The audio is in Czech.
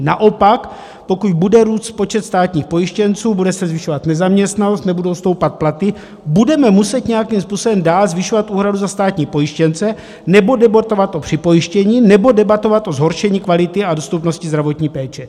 Naopak, pokud bude růst počet státních pojištěnců, bude se zvyšovat nezaměstnanost, nebudou stoupat platy, budeme muset nějakým způsobem dále zvyšovat úhradu za státní pojištěnce nebo debatovat o připojištění nebo debatovat o zhoršení kvality a dostupnosti zdravotní péče.